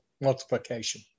multiplication